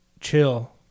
chill